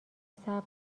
صبر